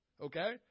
okay